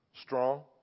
strong